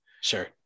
Sure